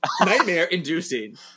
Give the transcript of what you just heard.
nightmare-inducing